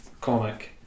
comic